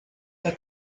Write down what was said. der